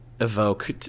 evoke